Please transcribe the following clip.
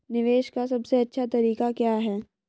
निवेश का सबसे अच्छा तरीका क्या है?